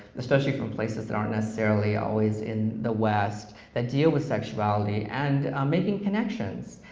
especially from places that aren't necessarily always in the west, that deal with sexuality and making connections.